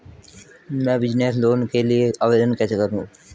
मैं business loan के लिए आवेदन कैसे लिखूँ?